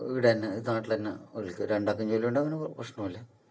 ഇവിടെ തന്നെ നാട്ടിൽ തന്നെ ഓൾക്കു രണ്ടാൾക്കും ജോലി ഉണ്ടേ പിന്നെ പ്രശ്നമില്ല